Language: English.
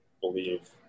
believe